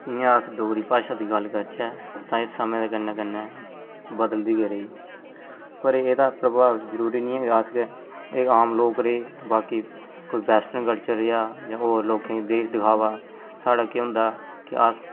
जि'यां अस डोगरी भाशा दी गल्ल करचै तां एह् समें दे कन्नै कन्नै बदलदी गै रेही पर एह्दा प्रभाव जरूरी निं ऐ अस गै एह् आम लोक रेह् बाकि कोई वेस्टर्न कल्चर रेहा जा होर लोकें दिखावा साढ़ा केह् होंदा कि अस